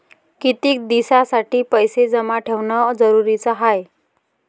कितीक दिसासाठी पैसे जमा ठेवणं जरुरीच हाय?